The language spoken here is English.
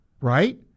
right